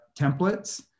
templates